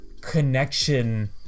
connection